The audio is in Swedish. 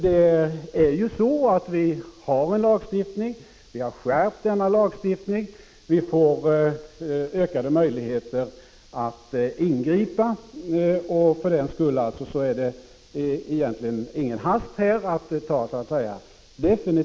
Vi har ju en lagstiftning, och vi har skärpt denna lagstiftning. Vi får därmed ökade möjligheter att ingripa, och för den skull är det ingen brådska med att göra definitiva ställningstaganden.